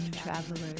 travelers